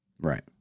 right